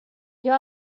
here